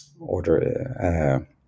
order